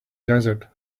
desert